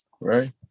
right